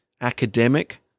academic